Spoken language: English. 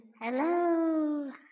Hello